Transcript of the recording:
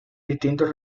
distintos